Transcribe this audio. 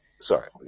Sorry